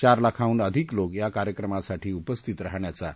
चार लाखांहून अधिक लोक या कार्यक्रमासाठी उपस्थित राहण्याचा अंदाज आहे